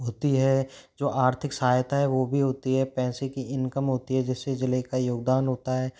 होती है जो आर्थिक सहायता है वो भी होती है पैसे की इनकम होती है जिससे जिले का योगदान होता है